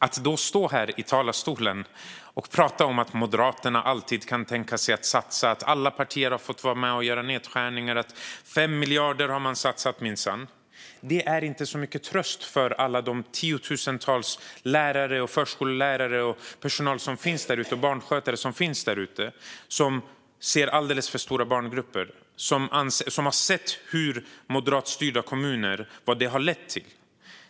Att då stå i talarstolen och prata om att Moderaterna alltid satsar, nu 5 miljarder minsann, och att alla partier har fått göra nedskärningar är inte mycket till tröst för alla de tiotusentals lärare, förskollärare och barnskötare som har alldeles för stora barngrupper och som har sett vad moderat styre i kommuner lett till.